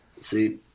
See